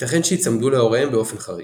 ייתכן שייצמדו להוריהם באופן חריג.